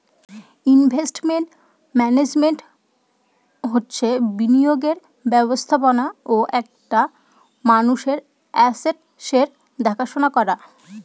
investment management হচ্ছে বিনিয়োগের ব্যবস্থাপনা ও একটা মানুষের আসেটসের দেখাশোনা করা